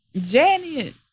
Janet